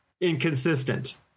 inconsistent